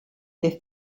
their